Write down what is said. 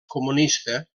comunista